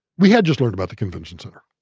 we had just learned about the convention center.